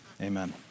Amen